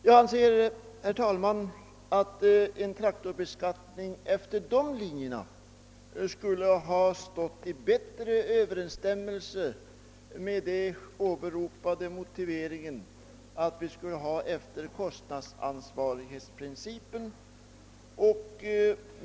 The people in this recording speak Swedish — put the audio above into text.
Jag anser, herr talman, att en traktorbeskattning efter dessa linjer skulle stå i bättre överensstämmelse med den åberopade motiveringen att beskattningen skall följa kostnadsansvarighetsprincipen.